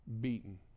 beaten